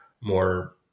more